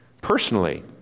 Personally